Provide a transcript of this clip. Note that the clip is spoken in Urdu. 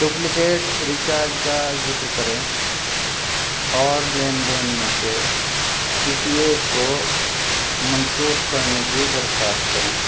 ڈپلیکیٹ ریچارج کا ذکر کریں اور لین دین میں سے کسی کو منسوخ کرنے کی درخواست کریں